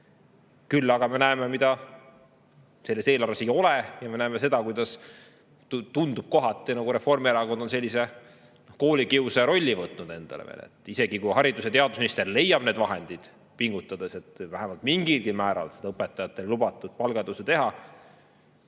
Küll aga me näeme, mida selles eelarves ei ole. Ja me näeme seda – kohati tundub –, et Reformierakond on veel nagu sellise koolikiusaja rolli võtnud endale. Isegi kui haridus- ja teadusminister leiab need vahendid, pingutab, et vähemalt mingilgi määral seda õpetajatele lubatud palgatõusu teha,